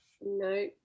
no